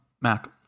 Mac